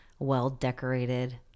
well-decorated